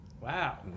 Wow